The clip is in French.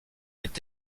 est